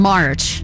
March